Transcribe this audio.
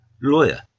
lawyer